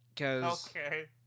Okay